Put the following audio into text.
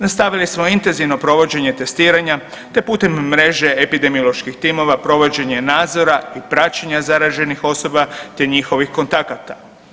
Nastavili smo intenzivno provođenje testiranja te putem mreže epidemioloških timova provođenje nadzora i praćenja zaraženih osoba te njihovih kontakata.